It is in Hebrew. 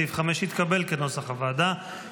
סעיף 5, כנוסח הוועדה, התקבל.